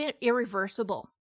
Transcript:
irreversible